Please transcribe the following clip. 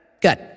Good